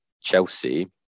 Chelsea